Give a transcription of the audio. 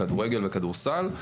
כדורגל וכדורסל,